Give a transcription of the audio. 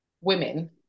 women